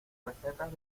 recetas